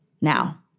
now